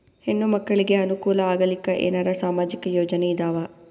ಹೆಣ್ಣು ಮಕ್ಕಳಿಗೆ ಅನುಕೂಲ ಆಗಲಿಕ್ಕ ಏನರ ಸಾಮಾಜಿಕ ಯೋಜನೆ ಇದಾವ?